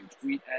tweet